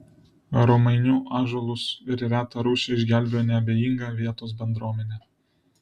romainių ąžuolus ir retą rūšį išgelbėjo neabejinga vietos bendruomenė